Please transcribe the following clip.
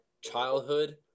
childhood